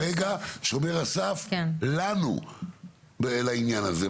אתם צריכים להיות שומר הסף שלנו, בעניין הזה.